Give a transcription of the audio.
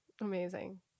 Amazing